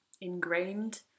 ingrained